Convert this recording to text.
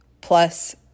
plus